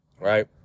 Right